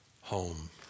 home